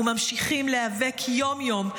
וממשיכים להיאבק יום-יום,